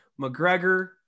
McGregor